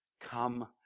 Come